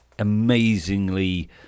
amazingly